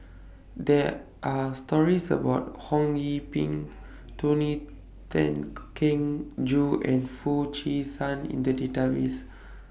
There Are stories about Ho Yee Ping Tony Tan Keng Joo and Foo Chee San in The Database